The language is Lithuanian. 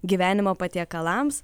gyvenimo patiekalams